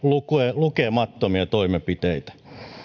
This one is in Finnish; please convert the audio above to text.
lukemattomia toimenpiteitä